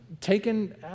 Taken